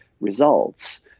results